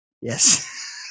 Yes